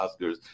Oscars